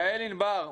יעל ענבר,